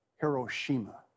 Hiroshima